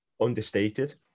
understated